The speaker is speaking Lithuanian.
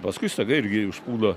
paskui staiga irgi užpula